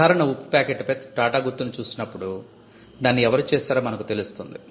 సాధారణ ఉప్పు ప్యాకెట్ పై టాటా గుర్తు ను చూసినప్పుడు దాన్ని ఎవరు చేసారో మనకు తెలుస్తుంది